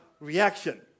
reaction